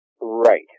Right